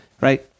right